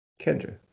kendra